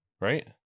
Right